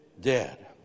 dead